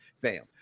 Bam